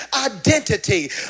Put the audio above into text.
identity